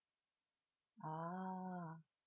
ah